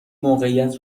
موقعیت